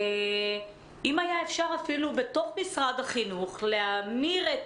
אולי אפשר אפילו בתוך משרד החינוך להמיר את